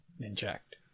inject